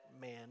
man